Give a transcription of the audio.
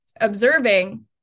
observing